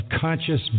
conscious